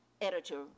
editor